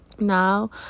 now